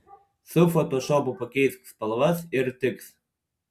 su fotošopu pakeisk spalvas ir tiks